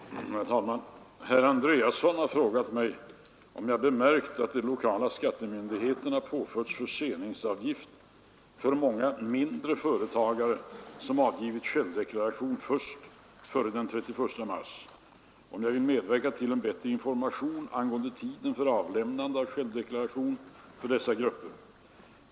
Herr talman! Herr Andreasson har frågat mig om jag bemärkt att de lokala skattemyndigheterna påfört förseningsavgift för många mindre företagare, som avgivit självdeklaration först före den 31 mars, och om jag vill medverka till en bättre information angående tiden för avlämnande av självdeklaration för dessa grupper.